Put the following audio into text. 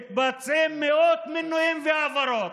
מתבצעים מאות מינויים והעברות.